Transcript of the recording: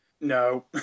No